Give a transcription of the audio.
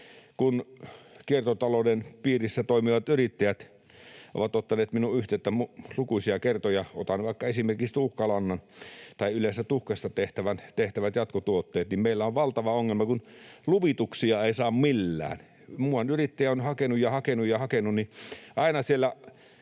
Kiertotalouden piirissä toimivat yrittäjät ovat ottaneet minuun yhteyttä lukuisia kertoja. Otan esimerkiksi vaikka tuhkalannan tai yleensä tuhkasta tehtävät jatkotuotteet. Meillä on valtava ongelma, kun luvituksia ei saa millään. Muuan yrittäjä on hakenut ja hakenut ja hakenut, ja aina siellä